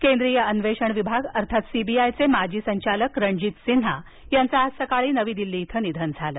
निधन केंद्रीय अन्वेषण विभाग अर्थात सीबीआयचे माजी संचालक रणजीत सिन्हा यांचं आज सकाळी दिल्लीत निधन झालं